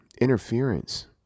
interference